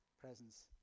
presence